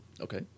Okay